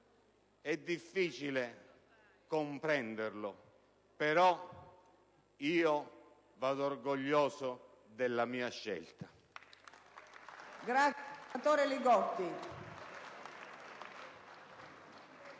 È difficile comprenderlo, ma io sono orgoglioso della mia scelta.